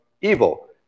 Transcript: evil